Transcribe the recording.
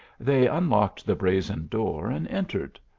they unlocked the brazen door and entered.